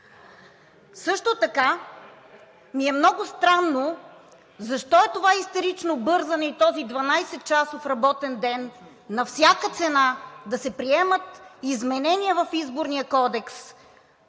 Също така, ми е много странно, защо е това истерично бързане и този 12-часов работен ден на всяка цена да се приемат изменения в Изборния кодекс,